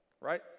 right